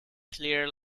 clear